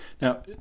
now